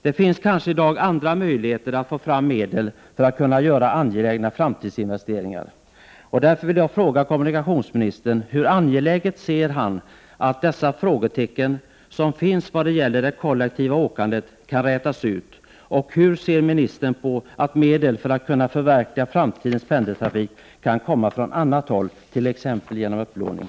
Det finns kanske i dag andra möjligheter att få fram medel för att kunna göra angelägna framtidsinvesteringar. Jag vill fråga kommunikationsministern: Hur angeläget anser kommunikationsministern det vara att dessa frågetecken — som finns när det gäller det kollektiva åkandet — rätas ut? Hur ser ministern på att medel för att kunna förverkliga framtidens pendeltrafik kan komma från annat håll, t.ex. genom upplåning?